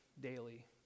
daily